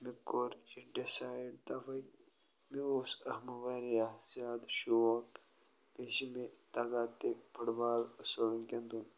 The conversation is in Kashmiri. مےٚ کوٚر یہِ ڈِسایڈ تَوَے مےٚ اوس اَتھ مہٕ واریاہ زیادٕ شوق بیٚیہِ چھِ مےٚ تَگان تہِ فُٹ بال اَصٕل گِنٛدُن